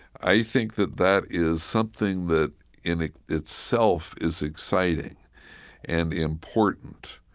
i think that that is something that in itself is exciting and important,